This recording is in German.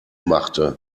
machte